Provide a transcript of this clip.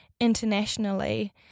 internationally